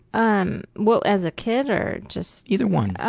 um well, as a kid, or just? either one.